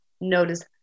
Notice